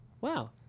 Wow